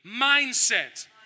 mindset